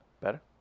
Better